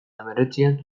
hemeretzian